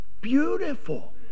beautiful